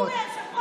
אתה זוכר את זה?